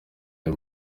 aya